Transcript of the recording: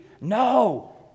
No